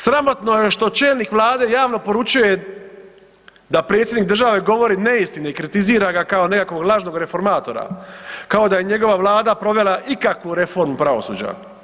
Sramotno je što čelnik vlade javno poručuje da predsjednik države govori neistine i kritizira ga kao nekakvog lažnog reformatora, kao da je njegova vlada provela ikakvu reformu pravosuđa.